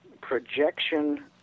projection